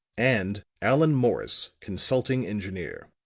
and allan morris, consulting engineer.